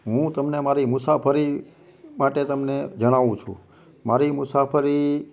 હું તમને મારી મુસાફરી માટે તમને જણાવું છું મારી મુસાફરી